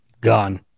Gone